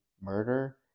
murder